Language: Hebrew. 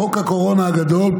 חוק הקורונה הגדול,